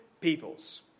peoples